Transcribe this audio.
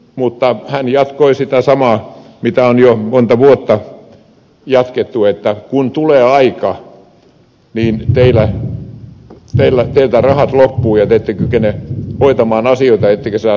mutta hän jatkoi sitä samaa mitä on jo monta vuotta jatkettu että kun tulee aika niin teiltä rahat loppuvat ja te ette kykene hoitamaan asioita ettekä saa työntekijöitä